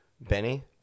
benny